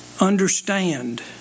understand